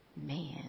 man